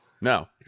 No